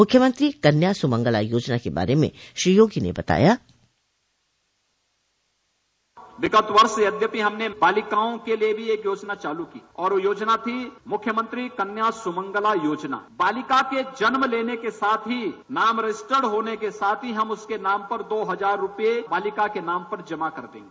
मुख्यमंत्री कन्या सुमंगला योजना के बारे में श्री योगी ने बताया विगत वर्ष यद्यपि हमने बालिकाओं के लिये भी एक योजना चालू की है और योजना थी मुख्यमंत्री कन्या सुमंगला योजना बालिका के जन्म लेने के साथ ही नाम रजिस्ट्रेशन होने के साथ ही हम उसके नाम पर दो हजार रूपये बालिका के नाम पर जमा कर देंगे